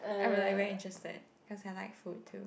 I'm like very interested cause I like food too